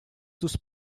dos